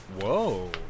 Whoa